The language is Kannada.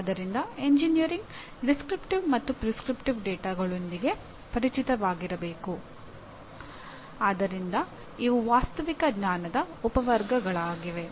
ಆದ್ದರಿಂದ ಇವು ವಾಸ್ತವಿಕ ಜ್ಞಾನದ ಉಪವರ್ಗಗಳಾಗಿವೆ